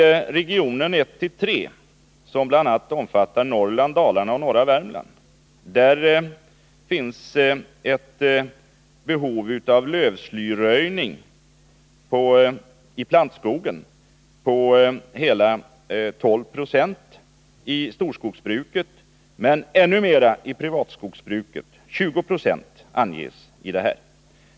I region 1-3 — som bl.a. omfattar Norrland, Dalarna och norra Värmland — finns det ett behov av lövslyröjning i plantskogen på hela 12 96. Detta gäller storskogsbruket, men beträffande privatskogsbruket är siffran ännu högre, 20 20.